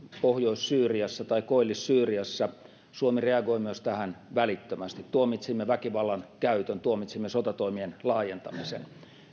pohjois syyriassa tai koillis syyriassa suomi reagoi myös tähän välittömästi tuomitsimme väkivallan käytön tuomitsimme sotatoimien laajentamisen